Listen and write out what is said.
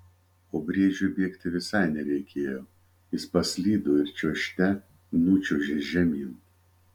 o briedžiui bėgti visai nereikėjo jis paslydo ir čiuožte nučiuožė žemyn